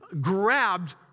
grabbed